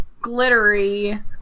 glittery